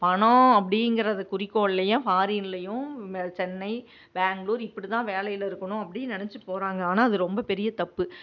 பணம் அப்படிங்கிறது குறிக்கோள்லேயும் ஃபாரின்லேயும் இதுமாதிரி சென்னை பேங்களூர் இப்படி தான் வேலையில் இருக்கணும் அப்படின்னு நினச்சி போகிறாங்க ஆனால் அது ரொம்ப பெரிய தப்பு